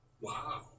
Wow